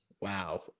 Wow